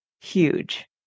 huge